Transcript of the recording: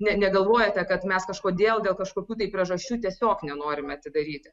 ne negalvojate kad mes kažkodėl dėl kažkokių tai priežasčių tiesiog nenorime atidaryti